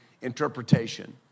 interpretation